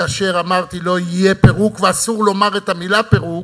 כאשר אמרתי שלא יהיה פירוק ושאסור לומר את המילה פירוק,